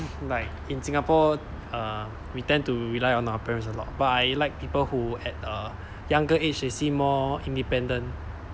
like in singapore uh we tend to rely on our parents a lot but I like people who at a younger age they seem more independent